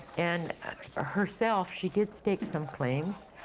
and herself, she did stake some claims.